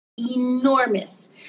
enormous